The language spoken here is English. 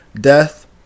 death